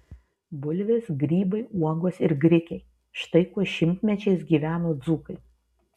bulvės grybai uogos ir grikiai štai kuo šimtmečiais gyveno dzūkai